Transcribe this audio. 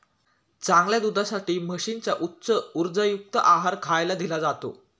चांगल्या दुधासाठी म्हशींना उच्च उर्जायुक्त आहार खायला दिला जातो